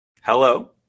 Hello